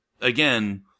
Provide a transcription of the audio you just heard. again